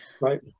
Right